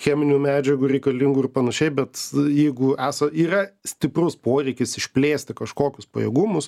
cheminių medžiagų reikalingų ir panašiai bet jeigu esą yra stiprus poreikis išplėsti kažkokius pajėgumus